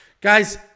guys